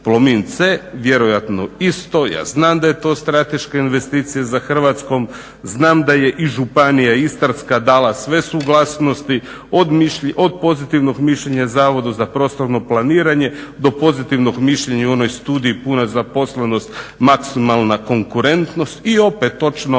Plomin C vjerojatno isto, ja znam da je to strateška investicija za Hrvatsku, znam da je i županija Istarska dala sve suglasnosti od pozitivnog mišljenja Zavoda za prostorno planiranje do pozitivnog mišljenja i u onoj studiji puna zaposlenost – maksimalna konkurentnost i opet točno